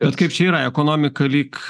bet kaip čia yra ekonomika lyg